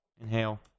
inhale